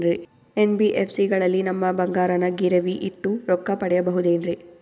NBFC ಗಳಲ್ಲಿ ನಮ್ಮ ಬಂಗಾರನ ಗಿರಿವಿ ಇಟ್ಟು ರೊಕ್ಕ ಪಡೆಯಬಹುದೇನ್ರಿ?